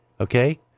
okay